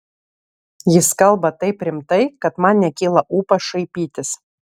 jis kalba taip rimtai kad man nekyla ūpas šaipytis